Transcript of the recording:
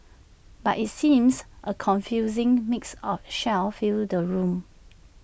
but IT seems A confusing mix of shell filled the room